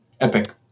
epic